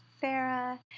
Sarah